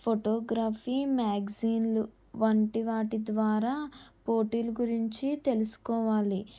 photography మ్యాగ్జైన్లు వంటి వాటి ద్వారా పోటీల గురించి తెలుసుకోవాలి